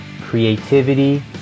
creativity